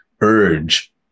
urge